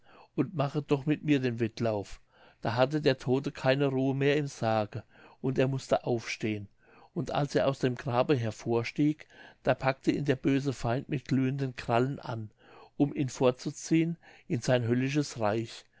und mache doch mit mir den wettlauf da hatte der todte keine ruhe mehr im sarge und er mußte aufstehen und als er aus dem grabe hervorstieg da packte ihn der böse feind mit glühenden krallen an um ihn fortzuziehen in sein höllisches reich